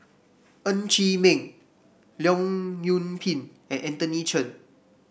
Ng Chee Meng Leong Yoon Pin and Anthony Chen